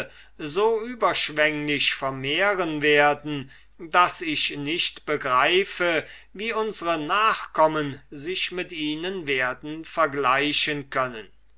so überschwenglich vermehren werden daß ich nicht begreife wie unsre nachkommen sich mit ihnen werden vergleichen können